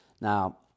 Now